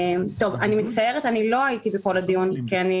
טוב אני מצטערת אני לא הייתי בכל הדיונים כי אני